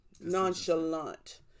nonchalant